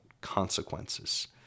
consequences